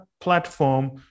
platform